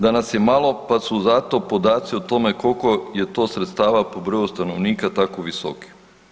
Da nas je malo pa su zato podaci o tome koliko je to sredstava po broju stanovnika tako visoki.